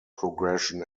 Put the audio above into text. progression